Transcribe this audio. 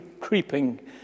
creeping